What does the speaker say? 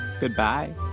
Goodbye